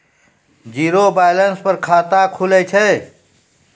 Zero balance पर खाता खुले छै?